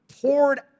poured